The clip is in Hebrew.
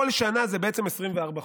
כל שנה זה בעצם 24 חודש.